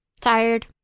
Tired